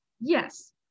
yes